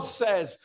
says